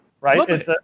right